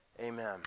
Amen